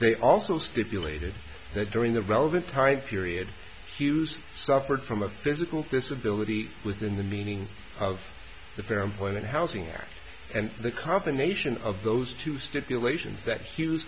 they also stipulated that during the relevant time period queues suffered from a physical disability within the meaning of the fair employment housing act and the combination of those two stipulations